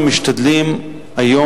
נתקבלה.